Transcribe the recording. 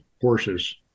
horses